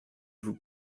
vous